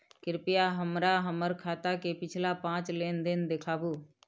कृपया हमरा हमर खाता के पिछला पांच लेन देन दिखाबू